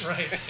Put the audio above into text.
Right